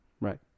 Right